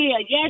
Yes